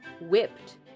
Whipped